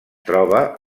troba